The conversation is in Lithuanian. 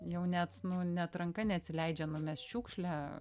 jau net nu net ranka neatsileidžia numest šiukšlę